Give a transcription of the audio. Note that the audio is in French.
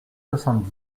soixante